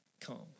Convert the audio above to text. come